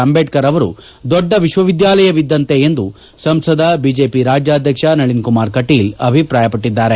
ಅಂಬೇಡ್ತರ್ ಅವರು ದೊಡ್ಡ ವಿಶ್ವವಿದ್ಯಾನಿಲಯ ಇದ್ಲಂತೆ ಎಂದು ಸಂಸದ ಬಿಜೆಪಿ ರಾಜ್ಯಾಧ್ವಕ್ಷ ನಳನ್ಕುಮಾರ್ ಕಟೀಲ್ ಅಭಿಪ್ರಾಯಪಟ್ಟರು